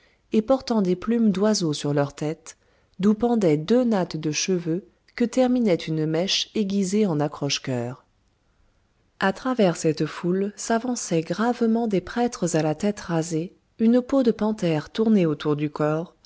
et portant des plumes d'oiseaux sur leur tête d'où pendaient deux nattes de cheveux que terminait une mèche aiguisée en accroche cœur à travers cette foule s'avançaient gravement des prêtres à la tête rasée une peau de panthère tournée autour du corps